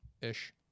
ish